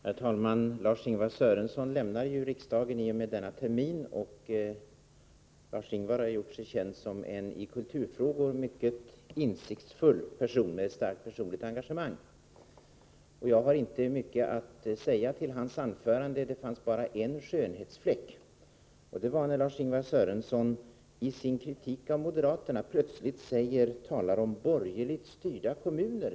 Herr talman! Lars-Ingvar Sörenson lämnar ju riksdagen vid sessionens slut. Han har gjort sig känd som en i kulturfrågor mycket insiktsfull person och som en person med ett mycket starkt personligt engagemang. Jag har inte mycket att kommentera i hans anförande. Det fanns bara en 23 skönhetsfläck. I sin kritik av moderaterna talade han plötsligt om vad som kunde hända i borgerligt styrda kommuner.